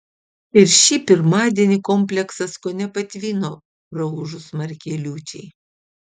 ir šį pirmadienį kompleksas kone patvino praūžus smarkiai liūčiai